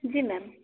जी ma'am